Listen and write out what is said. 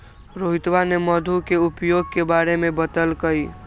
रोहितवा ने मधु के उपयोग के बारे में बतल कई